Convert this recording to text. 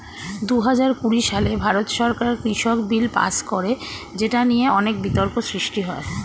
দুহাজার কুড়ি সালে ভারত সরকার কৃষক বিল পাস করে যেটা নিয়ে অনেক বিতর্ক সৃষ্টি হয়